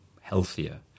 healthier